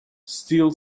still